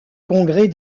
congrès